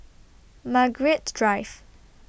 Margaret Drive